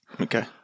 Okay